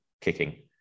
kicking